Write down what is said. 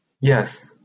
Yes